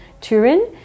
Turin